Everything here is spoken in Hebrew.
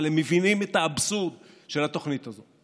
אבל הם מבינים את האבסורד של התוכנית הזו.